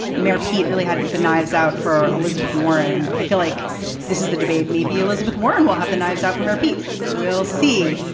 mayor pete really had the knives out for elizabeth warren. i feel like this is the debate. maybe elizabeth warren will have the knives out from her beat. we'll see.